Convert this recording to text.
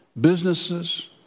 businesses